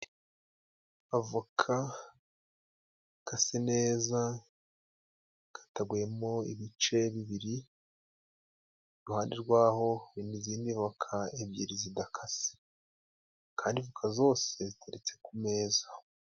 Avoka ikase neza ikataguyemo ibice bibiri, iruhande rw'aho hari n'izindi voka ebyiri zidakase, kandi ivoka zose ziteretse ku meza.